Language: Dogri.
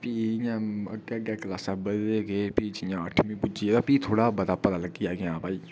भी इं'या अग्गें अग्गें क्लासां बधदे गे भी जियां अठमीं पुज्जियै भी थोह्ड़ा पता लग्गी गेआ की आं भई